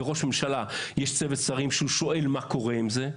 וכשלראש ממשלה יש צוות שרים שאיתו הוא מדבר ושואל מה קורה עם זה,